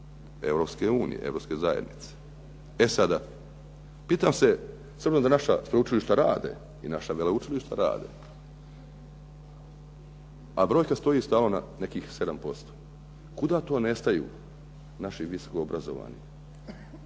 Europske unije, Europske zajednice. E sada, pitam se s obzirom da naša sveučilišta rade i naša veleučilišta rade, a brojka stoji stalno na nekih 7% Kuda to nestaju naši visoko obrazovani?